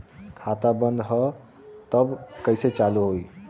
खाता बंद ह तब कईसे चालू होई?